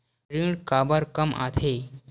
ऋण काबर कम आथे?